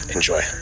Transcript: Enjoy